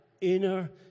inner